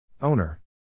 Owner